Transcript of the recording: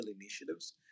initiatives